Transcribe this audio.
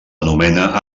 anomena